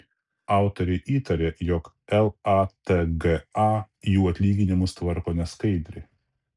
autoriai įtaria jog latga jų atlyginimus tvarko neskaidriai